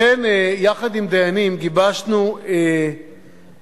לכן, יחד עם דיינים, גיבשנו חוק